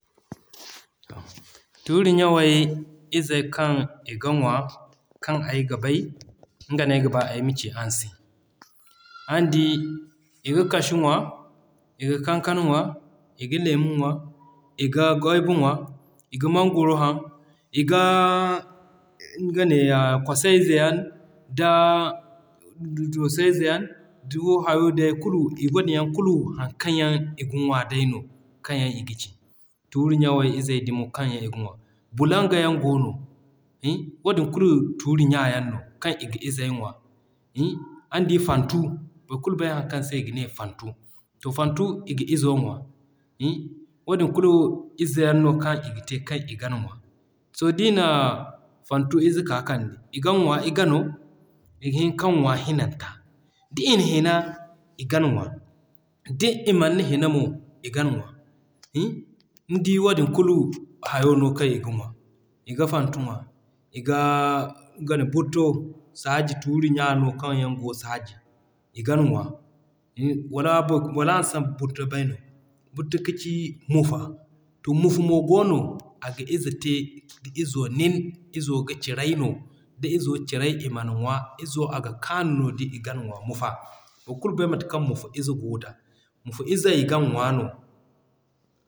Tuuri ɲaŋey izey kaŋ i ga ŋwa kaŋ ay ga bay, nga no ay ga ba ay ma ci araŋ se. Araŋ di, i ga Cashew ŋwa, i ga kankana ŋwa, i ga leemu ŋwa, i ga guava ŋwa, i ga mangoro haŋ i ga nga neeya kosay ze yaŋ da Doosey ze yaŋ da hayo day kulu i, haŋ kaŋ yaŋ i ga ŋwa day no kaŋ yaŋ i ga ci. Tuuri ɲaŋey izey dumo kaŋ yaŋ i ga ŋwa: Bulanga yaŋ goono wadin kulu tuuri ɲa yaŋ no kaŋ yaŋ i ga izey ŋwa araŋ di Fantu, boro kulu bay haŋ kaŋ se i ga ne Fantu. To Fantu, i ga izo ŋwa wadin yaŋ kulu ize yaŋ no kaŋ i ga te kaŋ i gan ŋwa. To d'i na Fantu ize k'a kande, i gan ŋwa i gano,i ga hin kaŋ ŋwa i hinanta. D'i na hina, i gan ŋwa. D'i manna hina mo, i gan ŋwa. Nidi wadin kulu hayo no kaŋ i ga ŋwa. I ga Fantu ŋwa i ga saaji tuuri ɲa yaŋ no kaŋ goo saaji, i gan ŋwa. Wala araŋ si Burto bay no? Burto kaci Mufa. To Mufa mo goono, aga ize te, da izo nini izo ga cirey no. Da izo cirey, i man ŋwa. Izo ga kaani no da i gan ŋwa Mufa. Boro kulu bay mate kaŋ Mufa ize goo da. Mufa ize i gan ŋwa no.